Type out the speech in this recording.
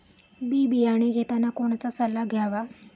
बी बियाणे घेताना कोणाचा सल्ला घ्यावा?